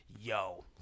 Yo